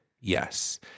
Yes